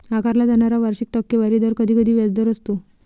आकारला जाणारा वार्षिक टक्केवारी दर कधीकधी व्याजदर असतो